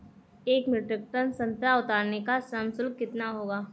एक metric tonne संतरा उतारने का श्रम शुल्क कितना होगा?